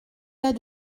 cas